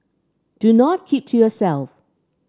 do not keep to yourself